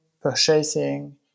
purchasing